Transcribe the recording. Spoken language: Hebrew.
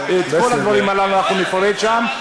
את כל הדברים הללו אנחנו נפרט שם.